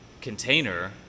container